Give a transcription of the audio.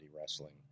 wrestling